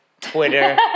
Twitter